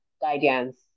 guidance